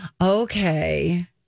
Okay